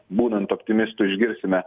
būnant optimistu išgirsime